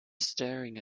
staring